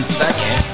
second